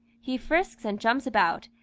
he frisks and jumps about,